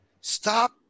Stop